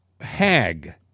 hag